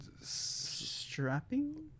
Strapping